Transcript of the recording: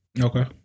Okay